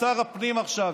או שר הפנים עכשיו,